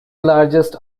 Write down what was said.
largest